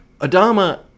Adama